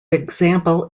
example